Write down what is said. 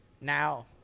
now